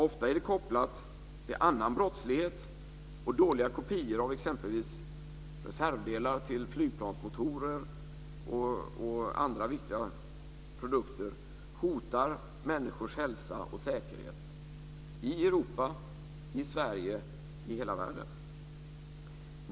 Ofta är det kopplat till annan brottslighet, och dåliga kopior av exempelvis reservdelar till flygplansmotorer och andra viktiga produkter hotar människors hälsa och säkerhet i Europa, i Sverige, i hela världen.